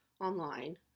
online